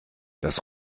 das